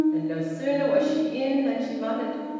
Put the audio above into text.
and no sooner was she in than she muttered,